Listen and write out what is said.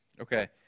Okay